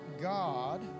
God